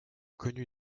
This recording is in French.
connu